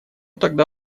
тогда